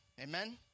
amen